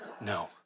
No